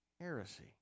heresy